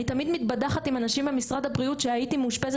אני תמיד מתבדחת עם אנשים במשרד הבריאות שהייתי מאושפזת